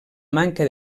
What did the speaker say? manca